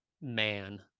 man